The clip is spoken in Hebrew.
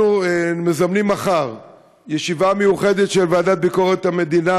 אנחנו מזמנים מחר ישיבה מיוחדת של הוועדה לביקורת המדינה,